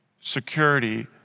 security